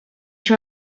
you